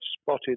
spotted